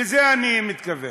לזה אני מתכוון.